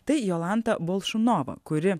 tai jolanta bolšunova kuri